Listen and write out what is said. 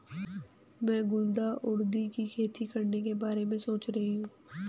मैं गुलदाउदी की खेती करने के बारे में सोच रही हूं